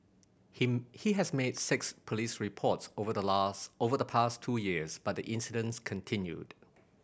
him he has made six police reports over the last over the past two years but the incidents continued